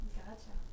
gotcha